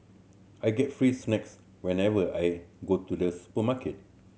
I get free snacks whenever I go to the supermarket